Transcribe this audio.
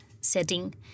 setting